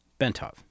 Bentov